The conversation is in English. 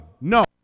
No